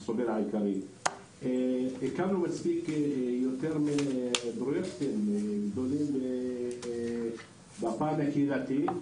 הקמנו הרבה פרויקטים גדולים בפן הקהילתי,